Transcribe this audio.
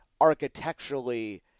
architecturally